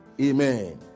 amen